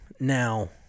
Now